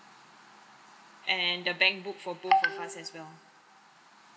and the bank book for both of us as well